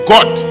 God